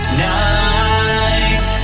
night